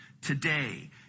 today